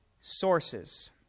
sources